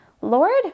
Lord